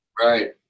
Right